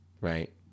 Right